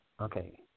Okay